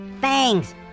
Fangs